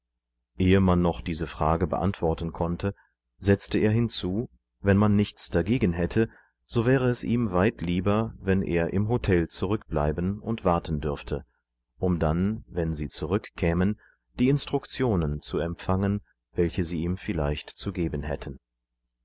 ehe man noch diese frage beantworten konnte setzte er hinzu wenn man nichts dagegen hätte so wäre es ihm weit lieber wenn er im hotel zurückbleiben und warten dürfte um dann wenn sie zurückkämen die instruktionen zu empfangen welche sie ihm vielleicht zu gebenhätten